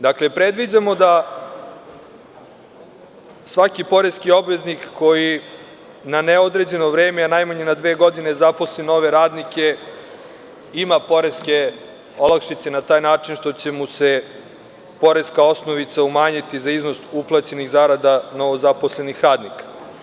Dakle, predviđamo da svaki poreski obveznik koji na neodređeno vreme, a najmanje na dve godine, zaposli nove radnike ima poreske olakšice, na taj način što će mu se poreska osnovica umanjiti za iznos uplaćenih zarada novozaposlenih radnika.